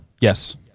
Yes